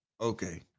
Okay